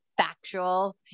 Factual